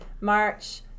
March